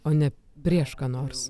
o ne prieš ką nors